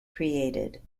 created